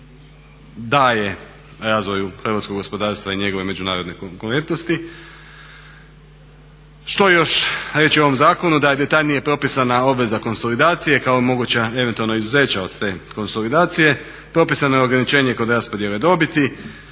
daje razvoju hrvatskog gospodarstva i njegove međunarodne konkurentnosti. Što još reći o ovom zakonu? Da je detaljnije propisana obveza konsolidacije kao moguća eventualna izuzeća od te konsolidacije, propisano je ograničenje kod raspodjele dobiti,